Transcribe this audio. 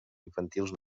infantils